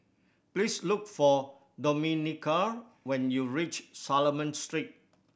please look for Domenica when you reach Solomon Street